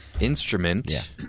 instrument